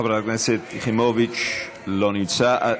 חברת הכנסת יחימוביץ, לא נמצאת.